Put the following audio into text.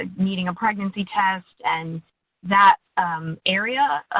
ah needing a pregnancy test, and that area.